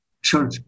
Sure